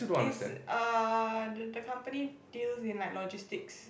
is uh the company deals in like logistics